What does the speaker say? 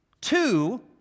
Two